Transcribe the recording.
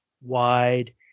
wide